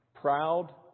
proud